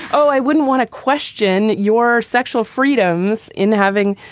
oh, i wouldn't want to question your sexual freedoms in having,